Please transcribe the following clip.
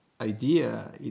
idea